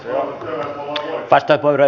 arvoisa puhemies